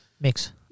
mix